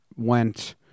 Went